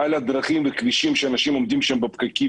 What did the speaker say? הדרכים והכבישים שאנשים עומדים שם בפקקים.